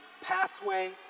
pathway